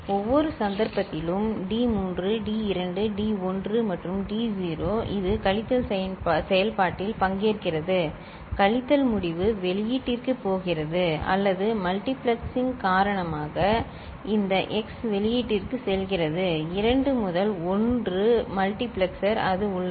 ஒவ்வொரு சந்தர்ப்பத்திலும் இந்த d3 d2 d1 மற்றும் d 0 இது கழித்தல் செயல்பாட்டில் பங்கேற்கிறது கழித்தல் முடிவு வெளியீட்டிற்கு போகிறது அல்லது மல்டிபிளெக்சிங் காரணமாக இந்த x வெளியீட்டிற்கு செல்கிறது 2 முதல் 1 மல்டிபிளெக்சர் அது உள்ளது